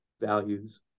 values